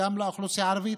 גם לאוכלוסייה הערבית,